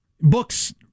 books